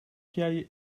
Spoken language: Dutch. jij